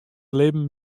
libben